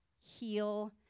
Heal